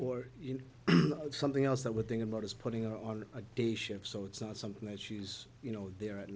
or something else that would think about is putting on a day shift so it's not something that she's you know there at